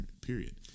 period